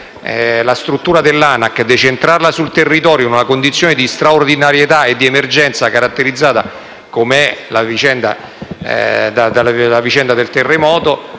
la struttura dell'ANAC e decentrarla sul territorio, in una condizione di straordinarietà e di emergenza, come quella che caratterizza la vicenda del terremoto,